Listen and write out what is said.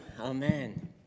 amen